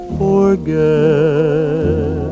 forget